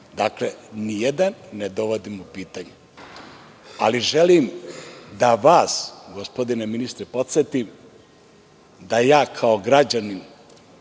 Dakle, nijedan ne dovodim u pitanje, ali želim da vas, gospodine ministre, podsetim da ja kao građanin,